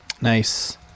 Nice